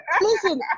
Listen